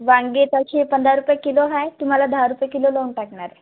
वांगे तसे पंधरा रुपये किलो आहे तुम्हाला दहा रुपये किलो लावून टाकणार आहे